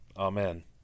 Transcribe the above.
Amen